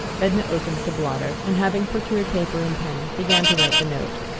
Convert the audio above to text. edna opened the blotter, and having procured paper and pen, began to write the note.